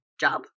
job